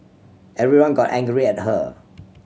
everyone got angry at her